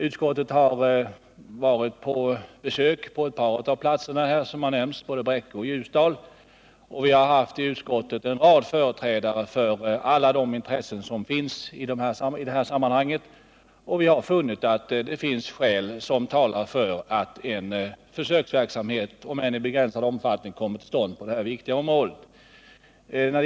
Utskottet har varit på besök på ett par av de platser som har nämnts — både Bräcke och Ljusdal — och haft samtal med en rad företrädare för alla de intressen som finns i det här sammanhanget. Vi har funnit att skäl talar för att en försöksverksamhet, om än i begränsad omfettning, bör komma till stånd på detta viktiga område.